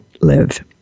live